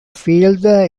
field